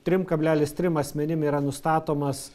trim kablelis trim asmenim yra nustatomas